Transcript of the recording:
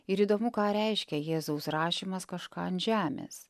ir įdomu ką reiškia jėzaus rašymas kažką ant žemės